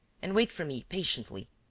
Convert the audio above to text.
and wait for me patiently.